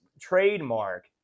trademark